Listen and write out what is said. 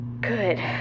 Good